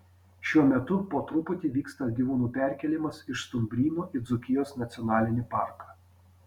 šiuo metu po truputį vyksta gyvūnų perkėlimas iš stumbryno į dzūkijos nacionalinį parką